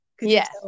Yes